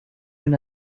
une